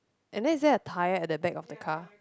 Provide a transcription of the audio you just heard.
and then is there a tire at the back of the car